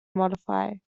modify